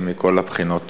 מכל הבחינות.